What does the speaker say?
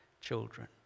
children